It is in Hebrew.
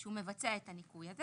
שהוא מבצע את הניכוי הזה,